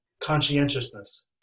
conscientiousness